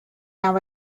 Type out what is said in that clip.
how